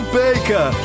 baker